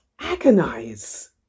agonize